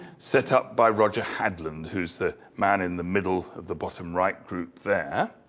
set up by roger hadland, who's the man in the middle of the bottom right group there.